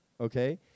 okay